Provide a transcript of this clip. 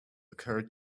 occured